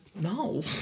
no